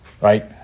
right